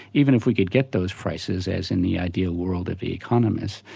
even if we could get those prices as in the ideal world of the economist,